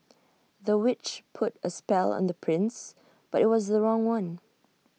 the witch put A spell on the prince but IT was the wrong one